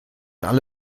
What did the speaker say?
alle